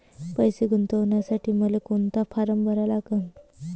पैसे गुंतवासाठी मले कोंता फारम भरा लागन?